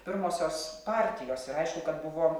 pirmosios partijos ir aišku kad buvo